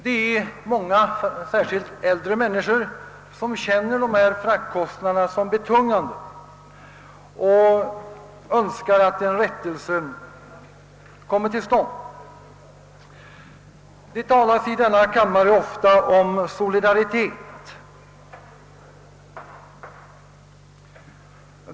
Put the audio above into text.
Många människor, särskilt äldre, känner dessa fraktkostnader som betungande och önskar en rättelse. Det talas i denna kammare ofta om solidaritet.